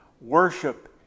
Worship